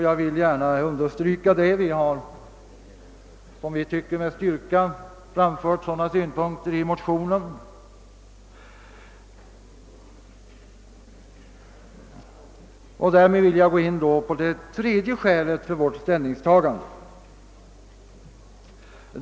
Jag tycker att vi med styrka framfört sådana synpunkter i motionen, och därmed vill jag gå in på det tredje skälet för vårt ställningstagande.